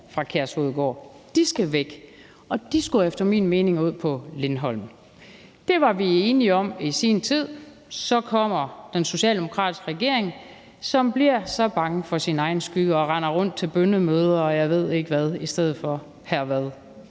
fra Kærshovedgård, der skal væk, og de skulle efter min mening ud på Lindholm. Det var vi enige om i sin tid. Så kommer den socialdemokratiske regering, som bliver så bange for sin egen skygge og i stedet for render rundt til bønnemøder, og jeg ved ikke hvad, hr. Frederik Vad.